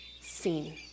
seen